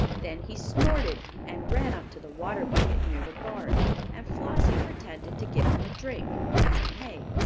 then he snorted and ran up to the water bucket near the barn and flossie pretended to give him a drink and some hay,